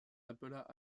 appela